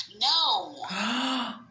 No